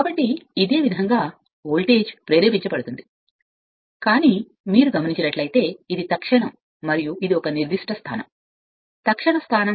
కాబట్టి అది మరియు ఇదే విధంగా ఉంటే వోల్టేజ్ ప్రేరేపించబడుతుంది కానీ మీరు చూస్తే ఇది తక్షణం మరియు ఇది ఒక నిర్దిష్ట స్థానం తక్షణ స్థానం